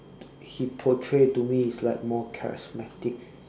he portray to me is like more charismatic